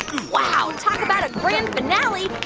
wow. talk about a grand finale.